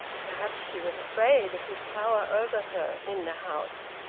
perhaps she was afraid of his power over her in the house.